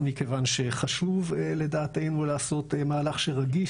מכיוון שחשוב לדעתנו לעשות מהלך שרגיש